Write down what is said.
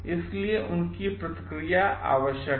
इसलिए उनकी प्रतिक्रिया आवश्यक है